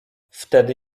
wtedy